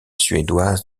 suédoise